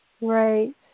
Right